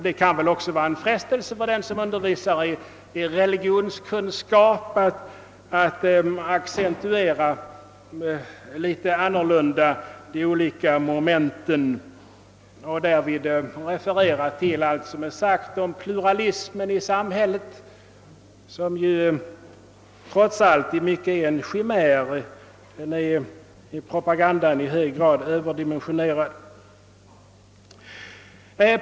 Det kan väl också vara en frestelse för den, som undervisar i religionskunskap, att accentuera de skilda momenten olika och därvid referera till allt som är sagt om pluralismen i samhället, vilken trots allt i mycket är en chimär; propagandan därom är i hög grad överdimensionerad.